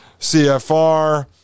CFR